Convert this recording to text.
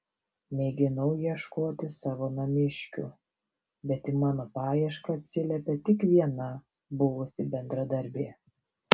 mėginau ieškoti savo namiškių bet į mano paiešką atsiliepė tik viena buvusi bendradarbė